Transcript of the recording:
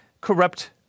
corrupt